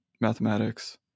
mathematics